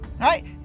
right